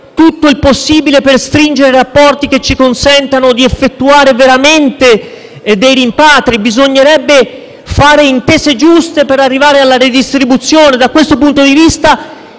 tutto il possibile per stringere rapporti che ci consentano di effettuare veramente dei rimpatri, bisognerebbe fare intese giuste per arrivare alla redistribuzione. Da questo punto di vista,